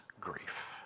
grief